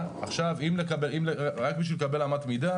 רק בשביל לקבל אמת מידה